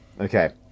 okay